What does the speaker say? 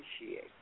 appreciate